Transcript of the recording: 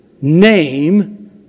name